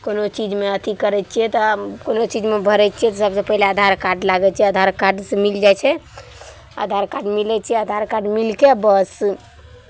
कोनो चीजमे अथी करै छियै तऽ कोनो चीजमे भरै छियै सभसँ पहिले आधार कार्ड लागै छै आधार कार्डसँ मिल जाइ छै आधार कार्ड मिलै छै आधार कार्ड मिलि कऽ बस